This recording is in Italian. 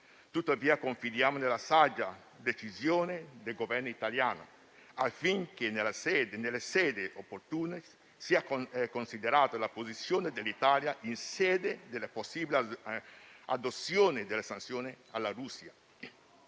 Tuttavia, confidiamo nella saggia decisione del Governo italiano affinché, nelle sedi opportune, sia considerata la posizione dell'Italia in sede della possibile adozione delle sanzioni alla Russia.